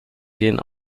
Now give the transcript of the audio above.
gehen